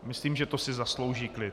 Myslím, že to si zaslouží klid.